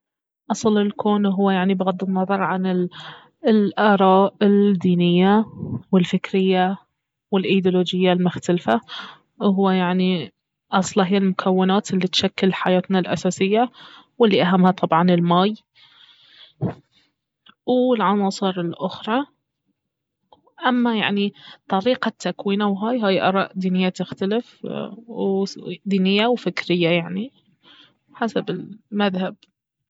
اصل الكون اهو يعني يغض النظر عن الآراء الدينية والفكرية والايدولوجية المختلفة اهو يعني اصله هي المكونات الي تشكل حياتنا الأساسية والي اهمها طبعا الماي والعناصر الأخرى اما يعني طريقة تكوينه وهاي هاي آراء دينية تختلف و- دينية وفكرية يعني حسب المذهب